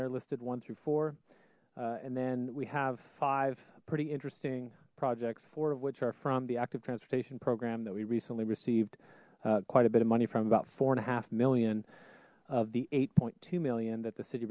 they're listed one through four and then we have five pretty interesting projects four of which are from the active transportation program that we recently received quite a bit of money from about four and a half million of the eight two million that the city